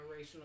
generational